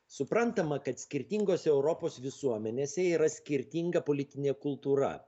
suprantama kad skirtingose europos visuomenėse yra skirtinga politinė kultūra